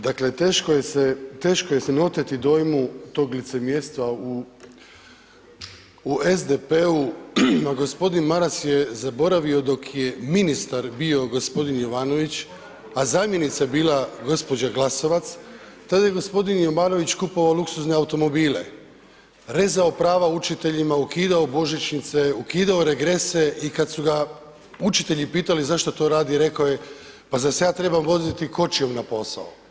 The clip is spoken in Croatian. Dakle, teško je se, teško je se ne oteti dojmu tog licemjerstva u SDP-u, a gospodin Maras je zaboravio dok je ministar bio gospodin Jovanović, a zamjenica bila gospođa Glasovac, tada je gospodin Jovanović kupovao luksuzne automobile, rezao pravo učiteljima, ukidao božičnice, ukidao regrese i kad su ga učitelji pitali zašto to radi, rekao je pa zar se ja trebam voziti kočijom na posao.